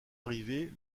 arrivée